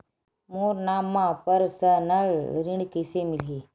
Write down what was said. मोर नाम म परसनल ऋण कइसे मिलही?